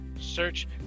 search